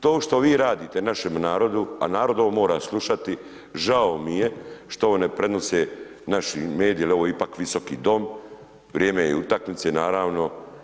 To što vi radite našem narodu, a narod ovo mora slušati, žao mi je što ovo ne prenose naši mediji jer ovo je ipak visoki dom, vrijeme je utakmice, naravno.